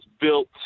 built